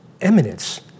eminence